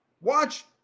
Watch